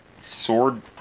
Sword